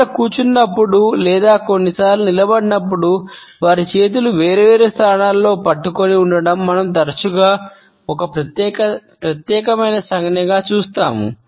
ప్రజలు కూర్చున్నప్పుడు లేదా కొన్నిసార్లు నిలబడినప్పుడు వారి చేతుల వేర్వేరు స్థానాల్లో పట్టుకొని ఉండడం మనం తరచుగా ఒక ప్రత్యేకమైన సంజ్ఞను చూస్తాము